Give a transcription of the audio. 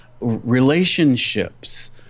relationships